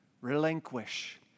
relinquish